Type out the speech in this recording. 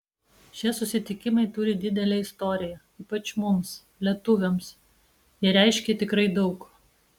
šie susitikimai turi didelę istoriją ypač mums lietuviams jie reiškia tikrai daug